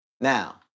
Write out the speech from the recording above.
Now